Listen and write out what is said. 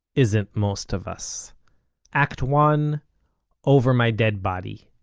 isn't most of us act one over my dead body.